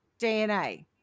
DNA